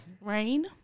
rain